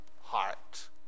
heart